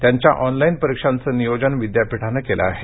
त्यांच्या ऑनलाईन परिक्षांचे नियोजन विद्यापीठाने केले आहे